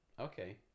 Okay